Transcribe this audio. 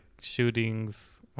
shootings